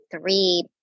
three